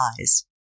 eyes